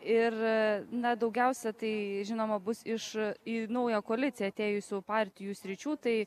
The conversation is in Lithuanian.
ir na daugiausia tai žinoma bus iš į naują koaliciją atėjusių partijų sričių tai